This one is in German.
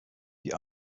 die